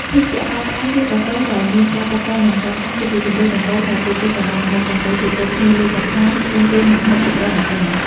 ភេសជ្ជៈផ្អែមៗ ឬកាហ្វេដែលមានការតុបតែងយ៉ាងស្រស់ស្អាត គឺជាជម្រើសដំបូងដែលពួកគេកុម្ម៉ង់មកដើម្បីជជែកគ្នាលេងកម្សាន្ត មុនពេលមុខម្ហូបចម្បងមកដល់។